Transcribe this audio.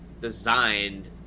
designed